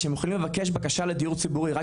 כשהם הולכים לבקש בקשה לדיור ציבורי רק